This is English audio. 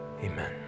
Amen